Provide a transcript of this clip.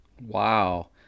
Wow